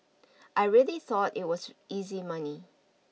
I really thought it was easy money